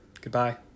Goodbye